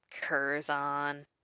Curzon